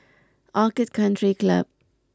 Orchid Country Club